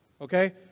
okay